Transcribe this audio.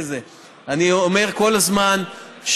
אני אומר כל הזמן,